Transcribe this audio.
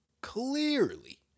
Clearly